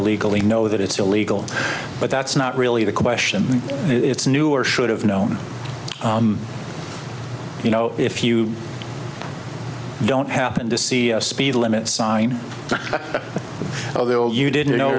illegally know that it's illegal but that's not really the question it's knew or should have known you know if you don't happen to see a speed limit sign although you didn't know